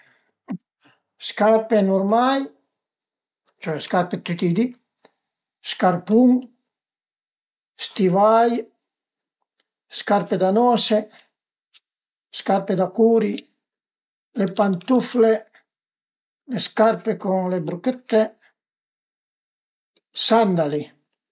Scarpe nurmai, cioè scarpe dë tüti i di, scarpun, stivai, scarpe da nose, scarpe da curi, le pantufle, le scarpe cun le bruchëtte, sandali